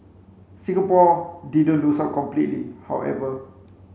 Singapore didn't lose out completely however